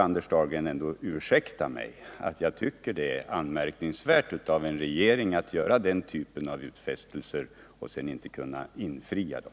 Anders Dahlgren får ursäkta mig, men jag tycker det är anmärkningsvärt att en regering gör den typen av utfästelser och sedan inte infriar dem.